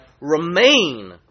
remain